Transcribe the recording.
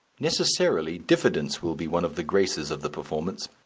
necessarily diffidence will be one of the graces of the performance.